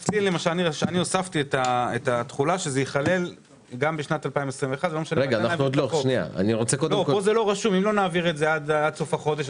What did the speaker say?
שזה ייכלל גם בשנת 2021. אם לא נעביר את זה עד סוף החודש,